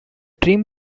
trim